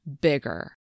bigger